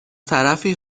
طرفی